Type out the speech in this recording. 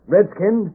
Redskin